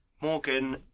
Morgan